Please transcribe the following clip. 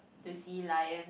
to see lions